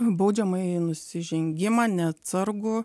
baudžiamąjį nusižengimą neatsargų